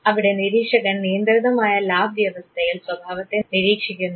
അവിടെ നിരീക്ഷകൻ നിയന്ത്രിതമായ ലാബ് വ്യവസ്ഥയിൽ സ്വഭാവത്തെ നിരീക്ഷിക്കുന്നു